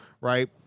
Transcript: right